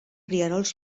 rierols